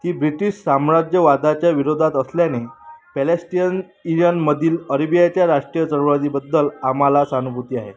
ती ब्रिटिश साम्राज्यवादाच्या विरोधात असल्याने पॅलेस्टीयन इयनमधील अरेबियाच्या राष्ट्रीय चळवाजीबद्दल आम्हाला सहानुभूती आहे